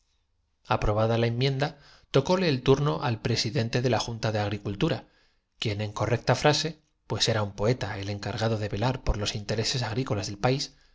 aprobada la enmienda tocóle el turno al presidente me trae aquí una misión oficial vengo en nombre de la junta de agricultura quien en correcta frase del gabinete pues era un poeta el encargado de velar por los inte ante esta observación no había medio de insistir reses agrícolas del paísencareció